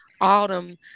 Autumn